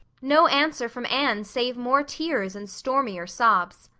no answer from anne save more tears and stormier sobs!